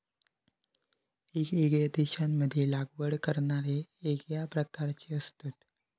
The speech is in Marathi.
येगयेगळ्या देशांमध्ये लागवड करणारे येगळ्या प्रकारचे असतत